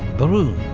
brune,